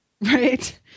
Right